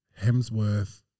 Hemsworth